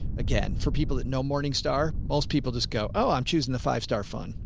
again, for people that know morningstar, most people just go, oh, i'm choosing the five-star fund.